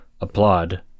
applaud